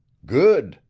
good!